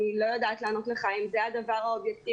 אני לא יודעת לענות לך אם זה הדבר האובייקטיבי.